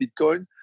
Bitcoin